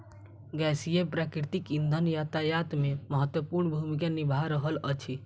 गैसीय प्राकृतिक इंधन यातायात मे महत्वपूर्ण भूमिका निभा रहल अछि